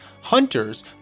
Hunters